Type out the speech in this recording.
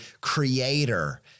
creator